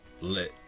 lit